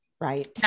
Right